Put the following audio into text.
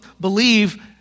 believe